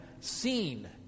seen